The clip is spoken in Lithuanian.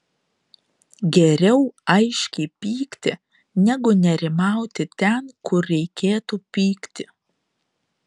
geriau aiškiai pykti negu nerimauti ten kur reikėtų pykti